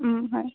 অঁ হয়